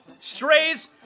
Strays